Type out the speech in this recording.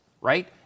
right